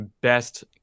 best